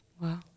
wow